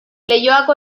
leioako